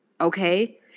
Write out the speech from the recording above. Okay